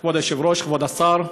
כבוד היושב-ראש, כבוד השר,